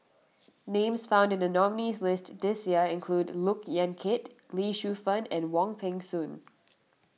names found in the nominees' list this year include Look Yan Kit Lee Shu Fen and Wong Peng Soon